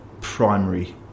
primary